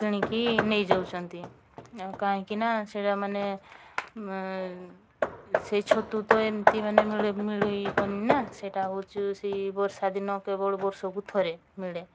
କିଣିକି ନେଇଯାଉଛନ୍ତି ଆଉ କାହିଁକିନା ସେଟା ମାନେ ସେ ଛତୁ ତ ଏମତି ତ ମିଳିବନି ନା ସେଇଟା ହେଉଛି ସେଇ ବର୍ଷାଦିନ ବର୍ଷକୁ ଥରେ ମିଳେ